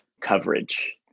coverage